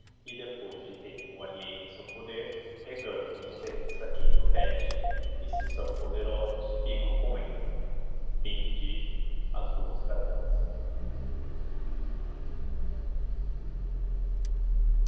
e depoi s de terem o alheio em seu poder reganhão os dentes a quem lho pede e se são poderosos íicão com elle o homem e a